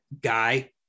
guy